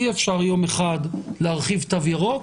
אי אפשר יום אחד להרחיב תו ירוק,